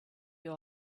you